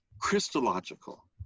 Christological